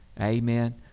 Amen